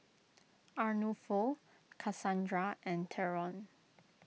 Arnulfo Kasandra and theron